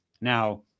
Now